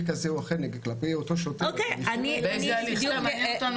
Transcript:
כזה או אחר כלפי אותו שוטר אז --- באיזה הליך?